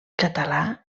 català